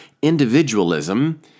Individualism